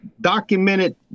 documented